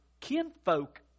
kinfolk